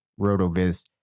RotoViz